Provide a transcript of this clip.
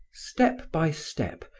step by step,